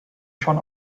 schon